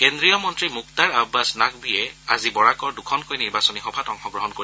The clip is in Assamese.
কেন্দ্ৰীয় মন্ত্ৰী মুক্তাৰ আববাছ নাকৱিয়ে আজি বৰাকৰ দুখনকৈ নিৰ্বাচনী সভাত অংশ গ্ৰহণ কৰিব